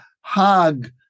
hug